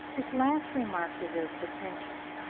this last remark deserves attention,